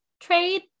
trade